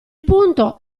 punto